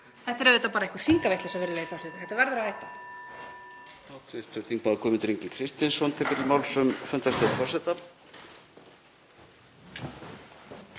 Þetta er auðvitað bara einhver hringavitleysa, virðulegi forseti. Þetta verður að hætta.